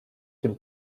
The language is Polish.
tym